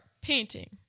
painting